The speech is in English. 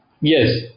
Yes